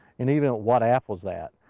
and even what app was that?